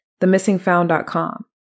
themissingfound.com